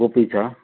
कोपी छ